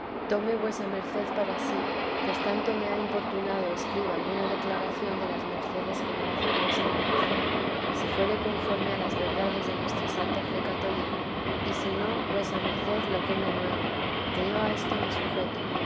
tome vuesa merced para sí pues tanto me ha importunado escriba alguna declaración de las mercedes que me hace dios en la oración si fuere conforme a las verdades de nuestra santa fe católica y si no vuesa merced lo queme luego que yo a esto me sujeto